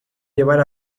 llevar